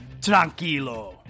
tranquilo